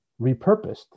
repurposed